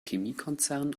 chemiekonzern